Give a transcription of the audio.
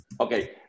Okay